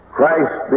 Christ